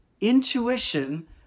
intuition